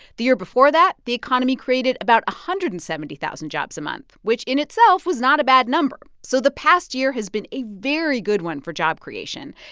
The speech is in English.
the year before that, the economy created about one hundred and seventy thousand jobs a month, which, in itself, was not a bad number. so the past year has been a very good one for job creation.